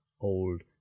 old